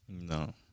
No